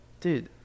Dude